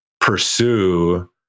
pursue